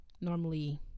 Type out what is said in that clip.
normally